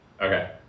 Okay